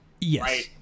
Yes